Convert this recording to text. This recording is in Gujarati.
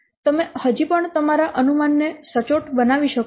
તમે હજી પણ તમારા અનુમાનને વધુ સચોટ બનાવી શકો છો